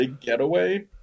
getaway